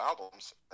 albums